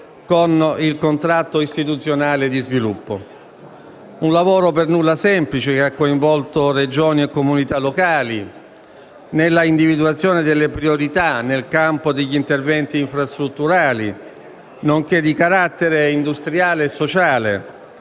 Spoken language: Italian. con il contratto istituzionale di sviluppo. Si è trattato di un lavoro per nulla semplice, che ha coinvolto Regioni e comunità locali nell'individuazione delle priorità nel campo degli interventi infrastrutturali, nonché di carattere industriale e sociale,